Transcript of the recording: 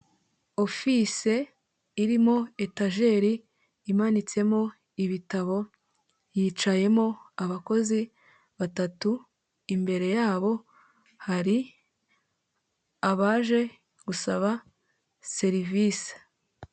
Ofise irimo etajeri imanitsemo ibitabo yicayemo abakozi batatu, imbere yabo hari abaje gusaba serivisi.